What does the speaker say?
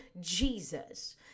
Jesus